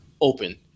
open